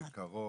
בקרוב,